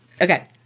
Okay